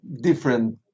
different